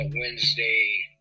Wednesday